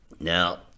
Now